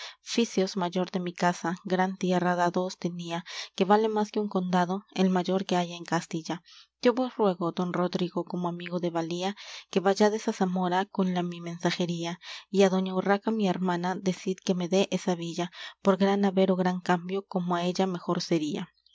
mayor de mi casa gran tierra dado os tenía que vale más que un condado el mayor que hay en castilla yo vos ruego don rodrigo como amigo de valía que vayades á zamora con la mi mensajería y á doña urraca mi hermana decid que me dé esa villa por gran haber ó gran cambio como á ella mejor sería